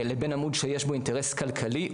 לבין עמוד שיש בו אינטרס כלכלי,